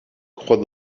croît